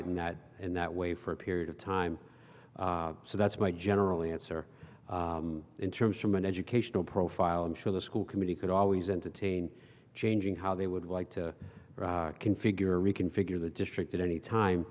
it in that in that way for a period of time so that's my generally answer in terms from an educational profile i'm sure the school committee could always entertain changing how they would like to configure reconfigure the district at any time